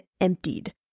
emptied